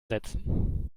setzen